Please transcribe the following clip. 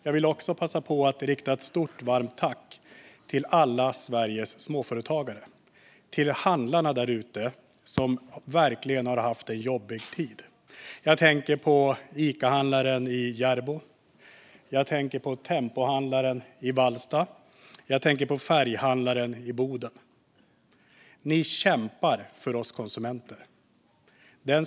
Jag vill också passa på att rikta ett stort, varmt tack till alla Sveriges småföretagare - till handlarna där ute, som verkligen har haft en jobbig tid. Jag tänker på Icahandlaren i Järbo. Jag tänker på Tempohandlaren i Vallsta. Jag tänker på färghandlaren i Boden. Ni kämpar för oss konsumenter.